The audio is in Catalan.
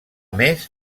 més